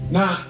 Now